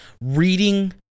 reading